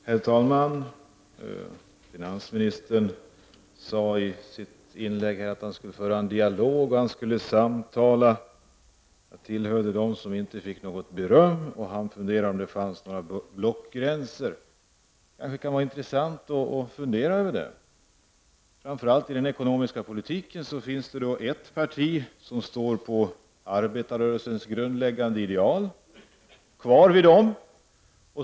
Herr talman! Finansministern sade i sitt inlägg att han skulle föra en dialog, han skulle samtala. Jag tillhörde dem som inte fick beröm. Han funderade över om det fanns några blockgränser. Det kan vara intressant att fundera över det. Framför allt när det gäller den ekonomiska politiken finns det ett parti som står kvar vid arbetarrörelsens grundläggande ideal.